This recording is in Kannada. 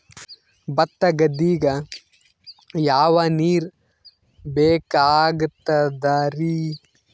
ಭತ್ತ ಗದ್ದಿಗ ಯಾವ ನೀರ್ ಬೇಕಾಗತದರೀ?